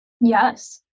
Yes